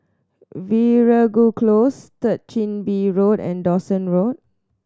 Veeragoo Close Third Chin Bee Road and Dawson Road